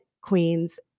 Queens